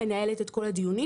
מנהלת את כל הדיונים.